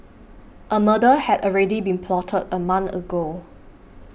a murder had already been plotted a month ago